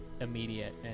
immediate